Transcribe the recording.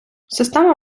система